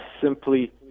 simply